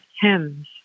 hymns